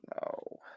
no